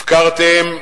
הפקרתם,